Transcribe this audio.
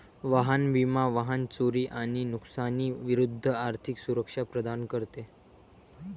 वाहन विमा वाहन चोरी आणि नुकसानी विरूद्ध आर्थिक सुरक्षा प्रदान करते